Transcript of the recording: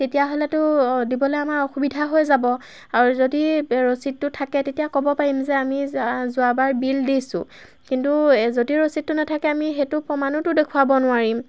তেতিয়াহ'লেতো দিবলৈ আমাৰ অসুবিধা হৈ যাব আৰু যদি ৰচিদটো থাকে তেতিয়া ক'ব পাৰিম যে আমি যোৱাবাৰ বিল দিছোঁ কিন্তু যদি ৰচিদটো নাথাকে আমি সেইটো প্ৰমাণোতো দেখুৱাব নোৱাৰিম